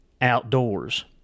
outdoors